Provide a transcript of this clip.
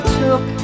took